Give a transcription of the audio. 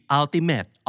ultimate